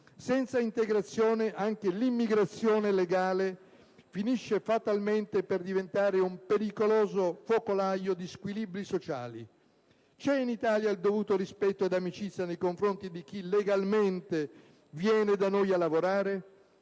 Senza integrazione, anche l'immigrazione legale finisce fatalmente per diventare un pericoloso focolaio di squilibri sociali. C'è in Italia il dovuto rispetto ed amicizia nei confronti di chi, legalmente, viene da noi a lavorare?